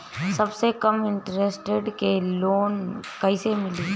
सबसे कम इन्टरेस्ट के लोन कइसे मिली?